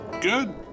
good